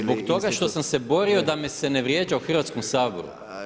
Zbog toga što sam se borio da me se ne vrijeđa u Hrvatskom saboru?